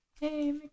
hey